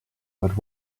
but